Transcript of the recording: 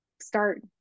start